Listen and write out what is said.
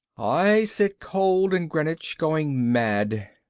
i sit cold in greenwich, going mad.